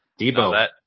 Debo